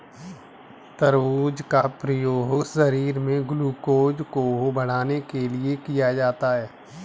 तरबूज का प्रयोग शरीर में ग्लूकोज़ को बढ़ाने के लिए किया जाता है